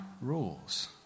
rules